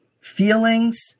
feelings